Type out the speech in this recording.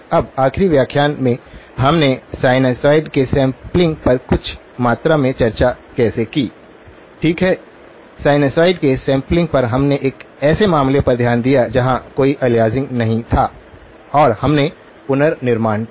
अब आखिरी व्याख्यान में हमने साइनसॉइड के सैंपलिंग पर कुछ मात्रा में चर्चा कैसे की ठीक है साइनसॉइड के सैंपलिंग पर हमने एक ऐसे मामले पर ध्यान दिया जहां कोई अलियासिंग नहीं था और हमने पुनर्निर्माण किया